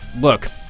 look